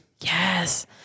yes